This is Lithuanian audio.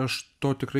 aš to tikrai